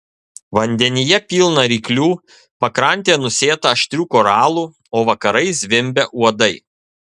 vandenyje pilna ryklių pakrantė nusėta aštrių koralų o vakarais zvimbia uodai